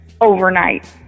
overnight